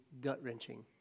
gut-wrenching